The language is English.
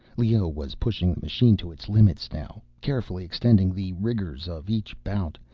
leoh was pushing the machine to its limits now, carefully extending the rigors of each bout.